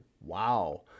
wow